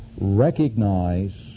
recognize